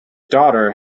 daughter